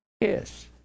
Yes